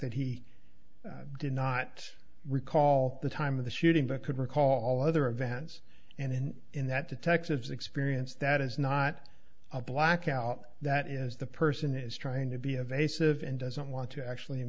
that he did not recall the time of the shooting but could recall other events and in that the texas experience that is not a black out that is the person is trying to be evasive and doesn't want to actually